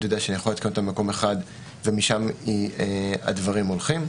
יודע שאני יכול לעדכן ממקום אחד ומשם הדברים הולכים.